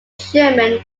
german